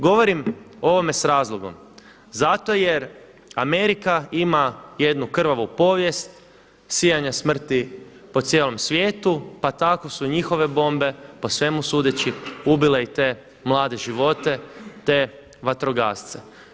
Govorim o ovome s razlogom, zato jer Amerika ima jednu krvavu povijest sijanja smrti po cijelom svijetu pa tako su njihove bombe po svemu sudeći ubile i te mlade živote, te vatrogasce.